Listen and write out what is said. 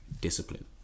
discipline